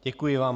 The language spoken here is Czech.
Děkuji vám.